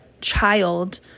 child